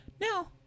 Now